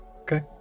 okay